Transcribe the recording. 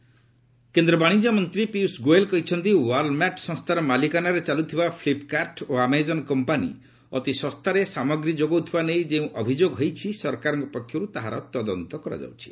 ପିୟୁଷ୍ ଗୋୟଲ କେନ୍ଦ୍ର ବାଶିଜ୍ୟ ମନ୍ତ୍ରୀ ପିୟୁଷ୍ ଗୋଏଲ୍ କହିଛନ୍ତି ୱାଲ୍ମାର୍ଟ ସଂସ୍ଥାର ମାଲିକାନାରେ ଚାଲୁଥିବା ଫ୍ଲିପ୍କାର୍ଟ ଓ ଆମେଜନ୍ କମ୍ପାନୀ ଅତି ଶସ୍ତାରେ ସାମଗ୍ରୀ ଯୋଗାଉଥିବା ନେଇ ଯେଉଁ ଅଭିଯୋଗ ହୋଇଛି ସରକାରଙ୍କ ପକ୍ଷରୁ ତାହା ତଦନ୍ତ କରାଯାଉଛି